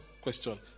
question